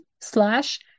slash